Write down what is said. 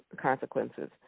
consequences